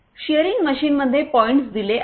shearing machine मध्ये points दिले आहेत